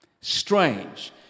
Strange